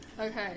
Okay